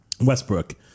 Westbrook